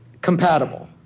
compatible